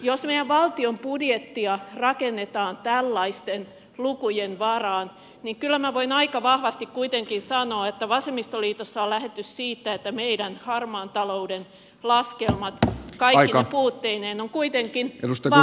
jos meidän valtion budjettia rakennetaan tällaisten lukujen varaan niin kyllä minä voin aika vahvasti kuitenkin sanoa että vasemmistoliitossa on lähdetty siitä että meidän harmaan talouden laskelmamme kaikkine puutteineen ovat kuitenkin vankemmalla pohjalla